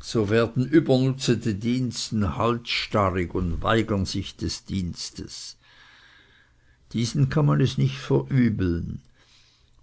so werden übernutzete diensten halsstarrig und weigern sich des dienstes diesen kann man es nicht verübeln